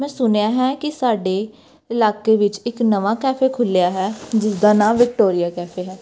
ਮੈਂ ਸੁਣਿਆ ਹੈ ਕਿ ਸਾਡੇ ਇਲਾਕੇ ਵਿੱਚ ਇੱਕ ਨਵਾਂ ਕੈਫੇ ਖੁੱਲ੍ਹਿਆ ਹੈ ਜਿਸ ਦਾ ਨਾਂ ਵਿਕਟੋਰੀਆ ਕੈਫੇ ਹੈ